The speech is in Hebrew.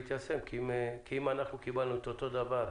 מיושם כי אם אנחנו קיבלנו את אותו דבר,